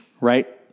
right